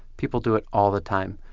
people do it all the time.